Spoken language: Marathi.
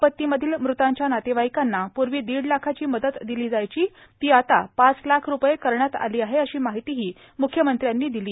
आपतीमधील मृतांच्या नातेवाइकांना पूर्वी दीड लाखाची मदत दिली जायची ती आता पाच लाख रुपये करण्यात आली आहे अशी माहितीही मुख्यमंत्र्यांनी दिली